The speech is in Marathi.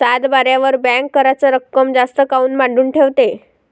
सातबाऱ्यावर बँक कराच रक्कम जास्त काऊन मांडून ठेवते?